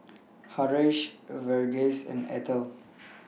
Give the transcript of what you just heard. Haresh Verghese and Atal